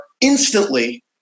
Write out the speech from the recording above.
instantly